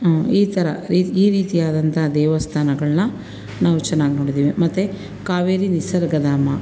ಈ ಥರ ಈ ರೀತಿಯಾದಂಥ ದೇವಸ್ಥಾನಗಳನ್ನ ನಾವು ಚೆನ್ನಾಗಿ ನೋಡಿದ್ದೀವಿ ಮತ್ತು ಕಾವೇರಿ ನಿಸರ್ಗಧಾಮ